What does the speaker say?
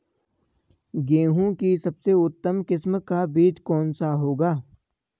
गेहूँ की सबसे उत्तम किस्म का बीज कौन सा होगा?